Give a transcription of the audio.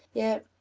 yet,